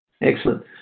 Excellent